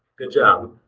good job!